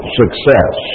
success